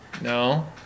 No